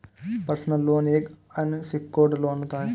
personal loan एक unsecured loan होता है